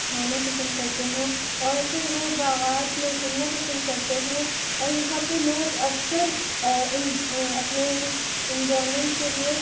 کھانا پسند کرتے ہیں اور پھر وہ باغات میں گھومنا پسند کرتے ہیں اور یہاں پہ لوگ اکثر اِن اپنے انجوائمنٹ کے لیے